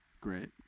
Great